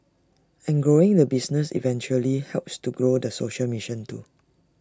and growing the business eventually helps to grow the social mission too